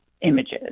images